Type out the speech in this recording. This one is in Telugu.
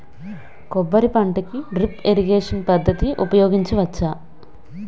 కొబ్బరి పంట కి డ్రిప్ ఇరిగేషన్ పద్ధతి ఉపయగించవచ్చా?